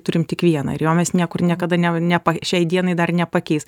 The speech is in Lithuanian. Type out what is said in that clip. turim tik vieną ir jo mes niekur niekada ne ne šiai dienai dar nepakeis